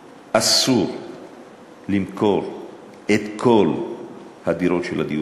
אסור למכור את כל הדירות של הדיור הציבורי,